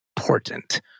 important